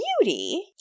beauty